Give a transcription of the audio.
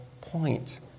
point